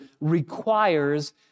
requires